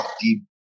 deep